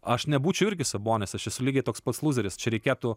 aš nebūčiau irgi sabonis aš esu lygiai toks pats lūzeris čia reikėtų